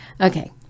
Okay